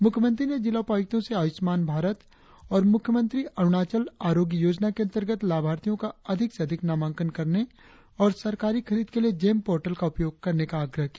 मुख्यमंत्री ने जिला उपायुक्तों से आयुष्मान भारत और मुख्यमंत्री अरुणाचल आरोग्य योजना के अंतर्गत लाभार्थियों का अधिक से अधिक नामांकन करने और सरकारी खरीद के लिए जेम पोर्टल का उपयोग करने का आग्रह किया